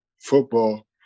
football